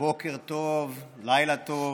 בוקר טוב, לילה טוב.